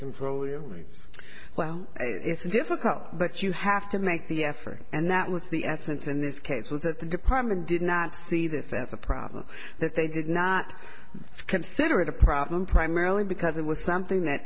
control means well it's difficult but you have to make the effort and that with the essence in this case was that the department did not see this as a problem that they did not consider it a problem primarily because it was something that